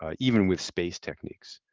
ah even with space techniques.